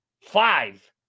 five